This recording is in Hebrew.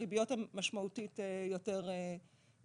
הריביות הן משמעותית יותר גבוהות.